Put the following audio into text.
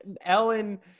Ellen